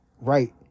right